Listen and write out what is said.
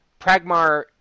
Pragmar